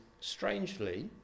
strangely